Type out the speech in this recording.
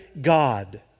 God